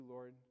Lord